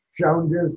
challenges